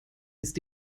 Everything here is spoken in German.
ist